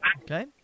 Okay